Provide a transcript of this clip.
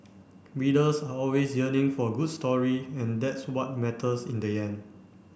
readers are always yearning for a good story and that's what matters in the end